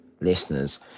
listeners